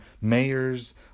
mayors